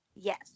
Yes